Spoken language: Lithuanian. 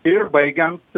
ir baigiant